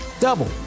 double